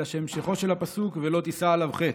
אלא שהמשכו של הפסוק: "ולא תִשא עליו חטא".